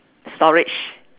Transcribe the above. storage